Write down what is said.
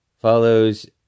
Follows